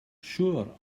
sure